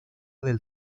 del